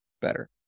better